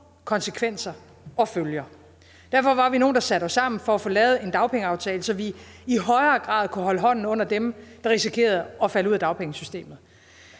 konsekvenser og følger. Derfor var vi nogle, der satte os sammen for at få lavet en dagpengeaftale, så vi i højere grad kunne holde hånden under dem, der risikerede at falde ud af dagpengesystemet.